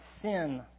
sin